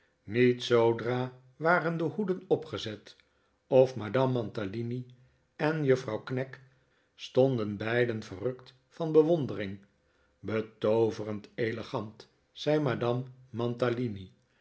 niet zoodra waren de hoeden opgezet of madame mantalini en juffrouw knag stonden beiden verrukt van bewondering betooverend elegant zei madame